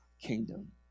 kingdom